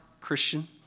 Christian